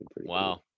Wow